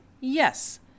yes